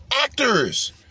actors